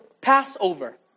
Passover